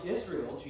Israel